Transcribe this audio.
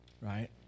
Right